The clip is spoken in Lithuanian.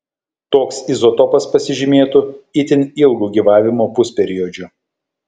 toks izotopas pasižymėtų itin ilgu gyvavimo pusperiodžiu